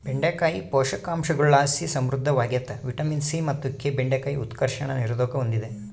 ಬೆಂಡೆಕಾಯಿ ಪೋಷಕಾಂಶಗುಳುಲಾಸಿ ಸಮೃದ್ಧವಾಗ್ಯತೆ ವಿಟಮಿನ್ ಸಿ ಮತ್ತು ಕೆ ಬೆಂಡೆಕಾಯಿ ಉತ್ಕರ್ಷಣ ನಿರೋಧಕ ಹೂಂದಿದೆ